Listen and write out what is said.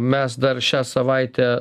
mes dar šią savaitę